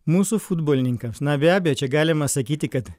mūsų futbolininkams na be abejo čia galima sakyti kad